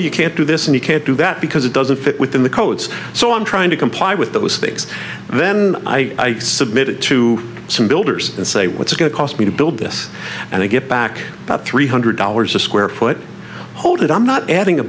you can't do this and you can't do that because it doesn't fit within the codes so i'm trying to comply with those things then i submit it to some builders and say what's going to cost me to build this and i get back about three hundred dollars a square foot hold it i'm not adding a